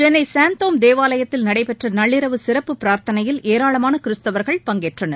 சென்னை சாந்தோம் தேவாலயத்தில் நடைபெற்ற நள்ளிரவு சிறப்பு பிரார்த்தனையில் ஏராளமான கிறிஸ்தவர்கள் பங்கேற்றனர்